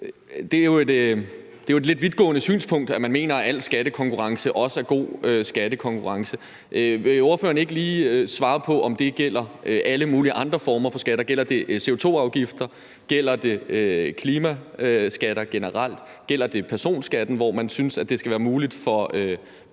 Det er jo et lidt vidtgående synspunkt, at man mener, at al skattekonkurrence også er god skattekonkurrence. Vil ordføreren ikke lige svare på, om det gælder alle mulige andre former for skatter. Gælder det CO2-afgifter? Gælder det klimaskatter generelt? Gælder det for personskatten, at man synes, det skal være muligt for